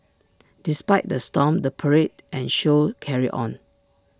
despite the storm the parade and show carried on